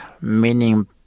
meaning